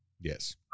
Yes